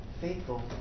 faithful